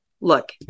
look